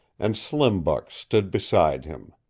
and slim buck stood beside him.